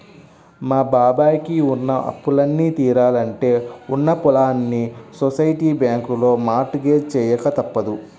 మా బాబాయ్ కి ఉన్న అప్పులన్నీ తీరాలంటే ఉన్న పొలాల్ని సొసైటీ బ్యాంకులో మార్ట్ గేజ్ చెయ్యక తప్పదు